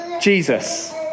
Jesus